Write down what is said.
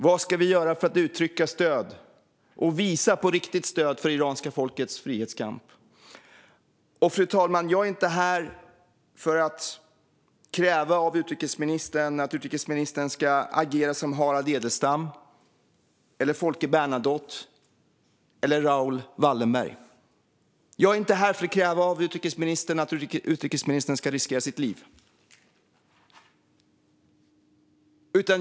Vad ska vi göra för att uttrycka stöd och visa på riktigt stöd för det iranska folkets frihetskamp? Fru talman! Jag är inte här för att kräva att utrikesministern ska agera som Harald Edelstam, Folke Bernadotte eller Raoul Wallenberg. Jag är inte här för att kräva att utrikesministern ska riskera sitt liv.